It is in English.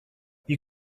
you